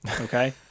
Okay